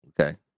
Okay